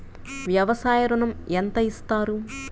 వ్యవసాయ ఋణం ఎంత ఇస్తారు?